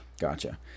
Gotcha